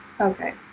okay